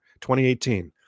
2018